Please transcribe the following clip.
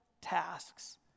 tasks